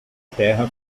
terra